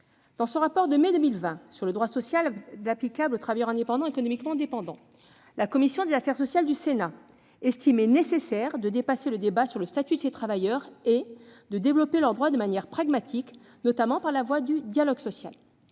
Dans son rapport de mai 2020 sur le droit social applicable aux travailleurs indépendants économiquement dépendants, la commission des affaires sociales du Sénat estimait nécessaire de dépasser le débat sur le statut de ces travailleurs et de développer leurs droits de manière pragmatique, notamment par la voie du dialogue social.